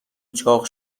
چاق